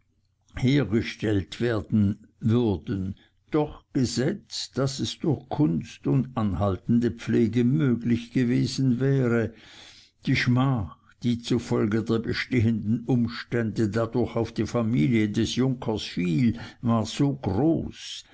hergestellt werden würden doch gesetzt daß es durch kunst und anhaltende pflege möglich gewesen wäre die schmach die zufolge der bestehenden umstände dadurch auf die familie des junkers fiel war so groß